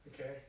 Okay